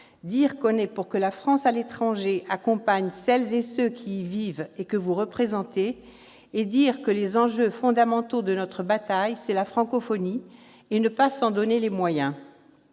dire qu'on est pour que la France à l'étranger accompagne celles et ceux qui vivent et que vous représentez et dire que, l'un des enjeux fondamentaux de notre bataille, c'est la francophonie et ne pas s'en donner les moyens.